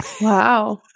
Wow